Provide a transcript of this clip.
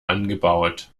angebaut